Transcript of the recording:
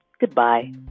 goodbye